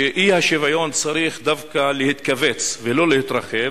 שאי-השוויון צריך דווקא להתכווץ ולא להתרחב,